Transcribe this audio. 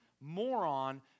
moron